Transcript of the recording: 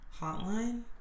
hotline